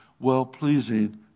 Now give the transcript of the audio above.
well-pleasing